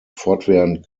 fortwährend